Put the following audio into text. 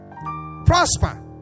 prosper